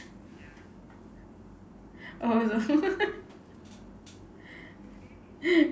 oh also